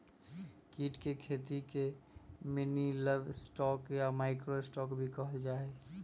कीट के खेती के मिनीलिवस्टॉक या माइक्रो स्टॉक भी कहल जाहई